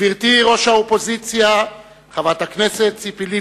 גברתי ראש האופוזיציה חברת הכנסת ציפי לבני,